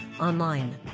online